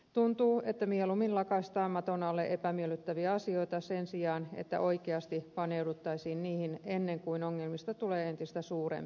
tuntuu että mieluummin lakaistaan maton alle epämiellyttäviä asioita sen sijaan että oikeasti paneuduttaisiin niihin ennen kuin ongelmista tulee entistä suurempia